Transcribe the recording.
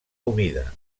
humida